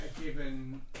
given